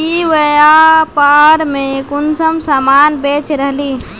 ई व्यापार में कुंसम सामान बेच रहली?